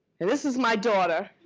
and this is my daughter.